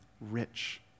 rich